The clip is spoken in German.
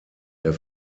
der